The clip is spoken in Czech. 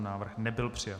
Návrh nebyl přijat.